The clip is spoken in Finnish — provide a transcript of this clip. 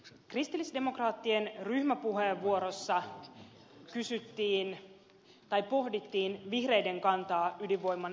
kristillisdemokraattien ryhmäpuheenvuorossa kysyttiin tai pohdittiin vihreiden kantaa ydinvoiman lisärakentamiseen